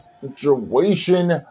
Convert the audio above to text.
situation